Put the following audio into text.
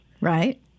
Right